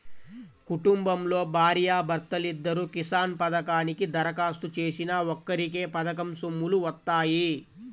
కుటుంబంలో భార్యా భర్తలిద్దరూ కిసాన్ పథకానికి దరఖాస్తు చేసినా ఒక్కరికే పథకం సొమ్ములు వత్తాయి